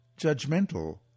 judgmental